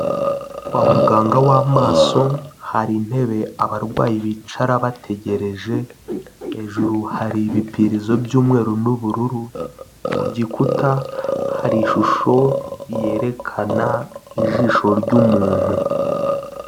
Kwa muganga w'amaso hari intebe abarwayi bicara bategereje, hejuru hari ibipirizo by'umweru n'ubururu ku gikuta hari ishusho yerekana ijisho ry'umuntu.